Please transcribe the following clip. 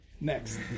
Next